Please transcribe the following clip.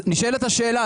נשאלת השאלה,